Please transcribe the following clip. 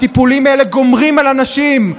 הטיפולים האלה גומרים על האנשים,